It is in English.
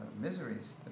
miseries